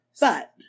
But-